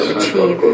achieve